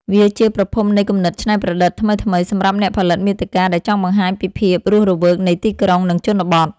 វាជាប្រភពនៃគំនិតច្នៃប្រឌិតថ្មីៗ សម្រាប់អ្នកផលិតមាតិកាដែលចង់បង្ហាញពីភាពរស់រវើកនៃទីក្រុង និងជនបទ។